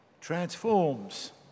transforms